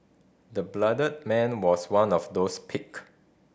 the bloodied man was one of those picked